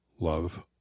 love